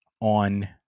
on